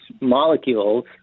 molecules